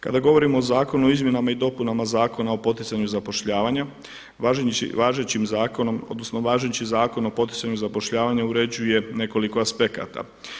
Kada govorimo o Zakonu o izmjenama i dopunama Zakona o poticanju zapošljavanja važećim zakonom, odnosno važeći Zakon o poticanju zapošljavanja uređuje nekoliko aspekata.